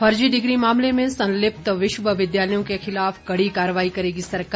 फर्जी डिग्री मामले में संलिप्त विश्वविद्यालयों के खिलाफ कड़ी कार्रवाई करेगी सरकार